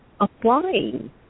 applying